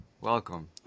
Welcome